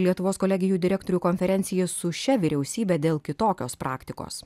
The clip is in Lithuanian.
lietuvos kolegijų direktorių konferencijai su šia vyriausybe dėl kitokios praktikos